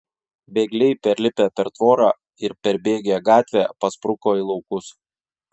bėgliai perlipę per tvorą ir perbėgę gatvę paspruko į laukus